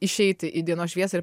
išeiti į dienos šviesą ir